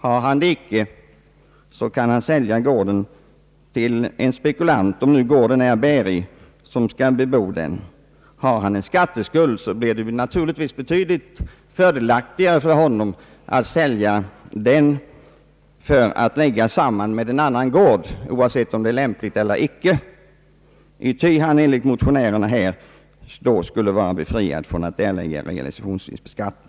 Har han ingen skatteskuld så kan han, om gården är bärig, sälja den till en spekulant som skall driva och bebo den. Har ägaren en skatteskuld, blir det fördelaktigare för honom att sälja gården för sammanläggning med en annan gård, oavsett om detta i och för sig är lämpligt eller icke, ty enligt motionärerna skulle han då vara befriad från att erlägga realisationsvinstskatt.